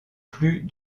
plus